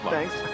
Thanks